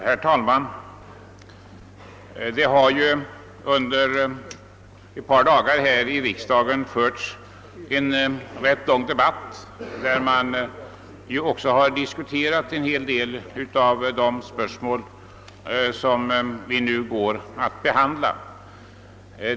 Herr talman! Under ett par dagar har det här i riksdagen förts en ganska lång debatt, under vilken det har diskuterats en hel del av de spörsmål som vi nu går att behandla.